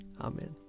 Amen